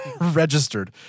registered